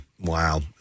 Wow